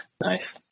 Nice